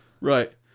Right